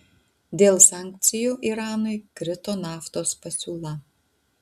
dėl sankcijų iranui krito naftos pasiūla